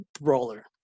brawler